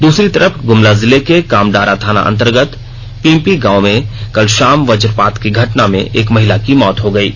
दूसरी तरफ गुमला जिले के कामडारा थाना अंतर्गत पिंपी गांव में कल शाम वजपात की घटना में एक महिला की मौत हो गयी